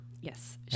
Yes